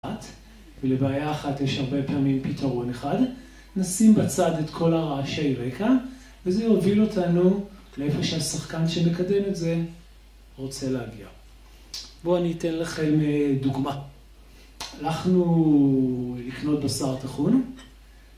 ולבעיה אחת יש הרבה פעמים פתרון אחד; נשים בצד את כל הרעשי רקע וזה יוביל אותנו לאיפה שהשחקן שמקדם את זה רוצה להגיע. בואו אני אתן לכם דוגמה: הלכנו לקנות בשר טחון